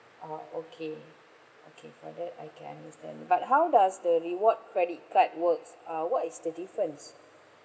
oh okay okay for that I can understand but how does the reward credit card works uh what is the difference